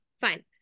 fine